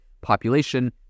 population